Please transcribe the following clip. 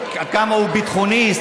עד כמה הוא ביטחוניסט,